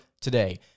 today